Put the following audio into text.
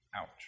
Ouch